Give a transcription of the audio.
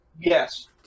Yes